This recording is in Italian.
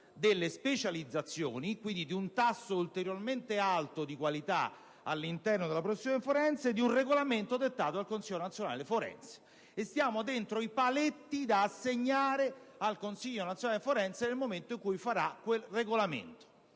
delle specializzazioni - quindi di un tasso ulteriormente alto di qualità all'interno della professione forense - e di un regolamento dettato dal Consiglio nazionale forense e stiamo assegnando i paletti che il Consiglio nazionale forense dovrà rispettare nel momento in cui emanerà quel regolamento.